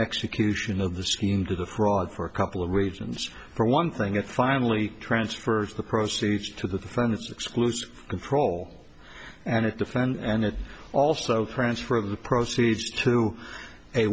execution of the scheme to the fraud for a couple of reasons for one thing it finally transfers the proceeds to the furnace exclusive control and at the firm and it also transfer of the proceeds to a